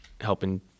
helping